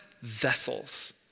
vessels